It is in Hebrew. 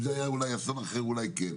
אם זה היה אסון אחר אז אולי כן,